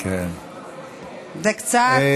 זה קצת,